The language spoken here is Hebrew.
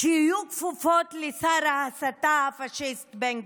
שיהיו כפופות לשר ההסתה הפשיסט בן גביר.